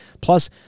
Plus